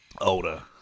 older